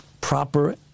proper